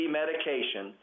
medication